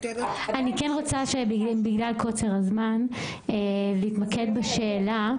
--- אני רוצה, בגלל קוצר הזמן, להתמקד בשאלה.